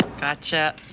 Gotcha